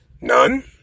None